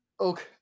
Okay